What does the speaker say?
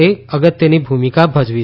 એ અગત્યની ભૂમિકા ભજવી છે